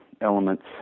elements